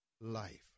life